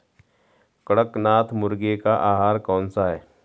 कड़कनाथ मुर्गे का आहार कौन सा है?